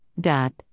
dot